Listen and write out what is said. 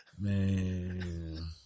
man